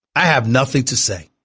i have nothing to say